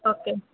okay